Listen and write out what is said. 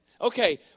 Okay